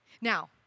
Now